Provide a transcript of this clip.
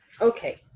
okay